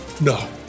No